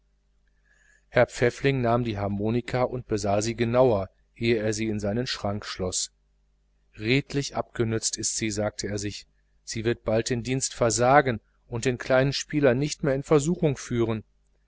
herr pfäffling nahm die harmonika und besah sie genauer ehe er sie in seinen schrank schloß redlich abgenützt ist sie sagte er sich sie wird bald den dienst versagen und den kleinen spieler nimmer in versuchung führen